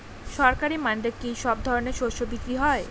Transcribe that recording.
সরকারি মান্ডিতে কি সব ধরনের শস্য বিক্রি হয়?